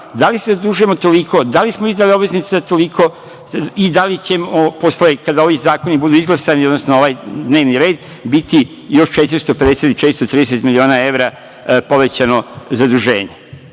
li se zadužujemo toliko? Da li smo izdali obveznica toliko? I da li ćemo kada ovi zakoni budu izglasani, odnosno ovaj dnevni red, biti još 450 ili 430 miliona evra povećano zaduženje? Branite